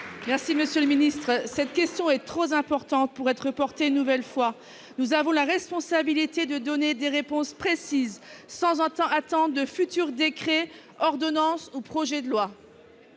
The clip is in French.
Monsieur le ministre, cette question est trop importante pour que son règlement soit reporté une nouvelle fois ! Nous avons la responsabilité de donner des réponses précises, sans attendre de futurs décrets, ordonnances ou projets de loi.